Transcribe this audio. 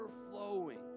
overflowing